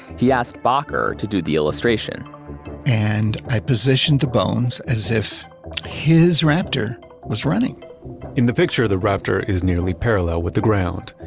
he asked bakker to do the illustration and i positioned the bones as if his raptor was running in the picture, the raptor is nearly parallel with the ground,